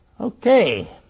Okay